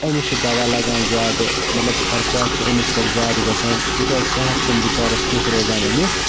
أمِس چھُ دوا لَگان زیادٕ مَطلَب خَرچات چھِ أمِس پٮ۪ٹھ زیادٕ گَژھان تِکیٛازِ صحت چھُنہٕ بِچارَس تیُتھ روزان أمِس